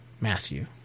Matthew